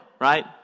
right